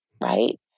right